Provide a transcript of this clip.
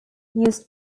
used